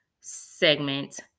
segment